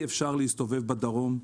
אי אפשר להסתובב בדרום,